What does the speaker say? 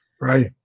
right